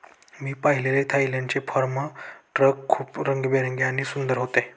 मी पाहिलेले थायलंडचे farm truck खूप रंगीबेरंगी आणि सुंदर होते